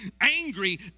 angry